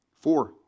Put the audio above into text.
Four